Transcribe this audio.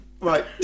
right